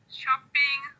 shopping